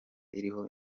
iriho